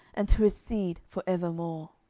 and to his seed for evermore.